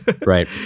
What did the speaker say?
Right